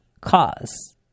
cause